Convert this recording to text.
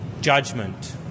judgment